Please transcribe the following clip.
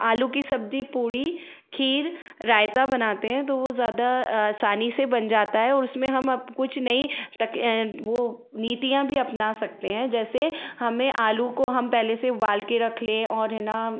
आलू की सब्ज़ी पूड़ी खीर रायता बनाते हैं तो वह ज़्यादा आसानी से बन जाता है और उसमें हम अब कुछ नहीं तक वह नीतियाँ भी अपना सकते हैं जैसे हमें आलू को हम पहले से उबाल कर रख ले और और है न